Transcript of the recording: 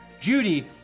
Judy